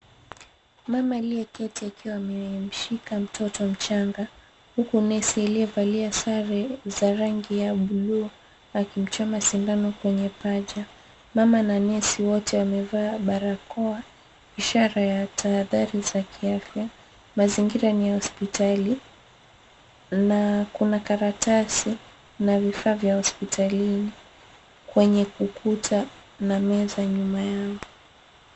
Mama aliyeketi akiwa amemshika mtoto mchanga huku nesi aliyevalia sare za rangi ya buluu akimchoma sindano kwenye paja. Mama na nesi wote wamevaa barakoa ishara ya tahadhari za kiafya. Mazingira ni ya hospitali na kuna karatasi na vifaa vya hospitalini kwenye ukuta na meza nyuma yao.